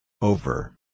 Over